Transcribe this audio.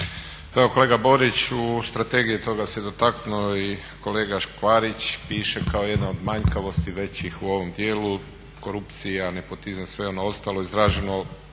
evo kolega Borić u strategiji je toga se dotaknuo i kolega Škvarić piše kao jedna od manjkavosti većih u ovom dijelu korupcija, nepotizam sve ono ostalo naročito